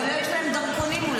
יש להם אולי דרכונים.